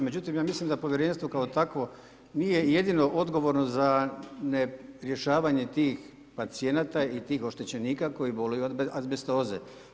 Međutim ja mislim da Povjerenstvo kao takvo nije jedino odgovorno za ne rješavanje tih pacijenata i tih oštećenika koji boluju od azbestoze.